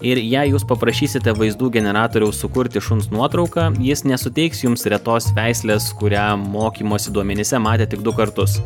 ir jei jūs paprašysite vaizdų generatoriaus sukurti šuns nuotrauką jis nesuteiks jums retos veislės kurią mokymosi duomenyse matė tik du kartus